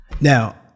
Now